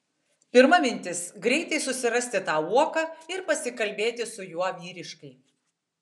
pirma mintis greitai susirasti tą uoką ir pasikalbėti su juo vyriškai